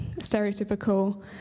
stereotypical